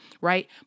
right